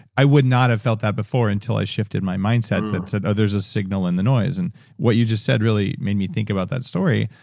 i would not have felt that before, until i shifted my mindset to, oh, there's a signal in the noise. and what you just said really made me think about that story,